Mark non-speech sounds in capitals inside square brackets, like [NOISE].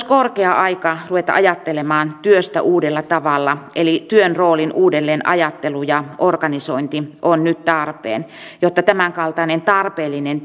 [UNINTELLIGIBLE] korkea aika ruveta ajattelemaan työstä uudella tavalla eli työn roolin uudel leenajattelu ja organisointi on nyt tarpeen jotta tämänkaltainen tarpeellinen [UNINTELLIGIBLE]